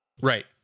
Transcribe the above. Right